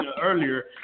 earlier